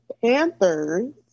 Panthers